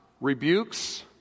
rebukes